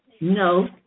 No